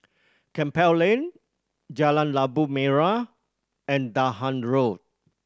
Campbell Lane Jalan Labu Merah and Dahan Road